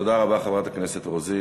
תודה רבה, חברת הכנסת רוזין.